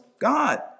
God